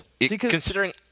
Considering